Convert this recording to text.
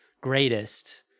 greatest